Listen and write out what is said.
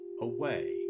away